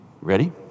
Ready